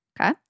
okay